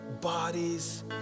bodies